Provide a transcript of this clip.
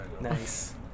Nice